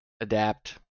adapt